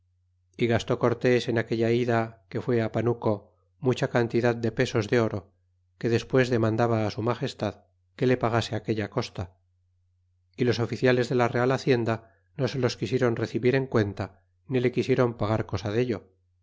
y gastó cortés en aquella ida que fué panuco mucha cantidad de pesos de oro que despues mandaba su magestad que le pagase aquella costa y los oficiales de la real hacienda no se los quisiéron recebir en cuenta ni le quisiéron pagar cosa dello